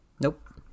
Nope